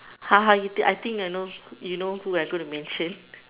ha ha you think I think you knows you know who we are going to mention